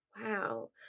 Wow